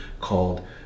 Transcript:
called